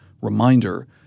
Reminder